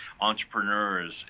entrepreneurs